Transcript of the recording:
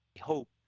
hope